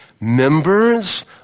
Members